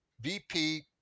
VP